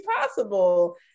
possible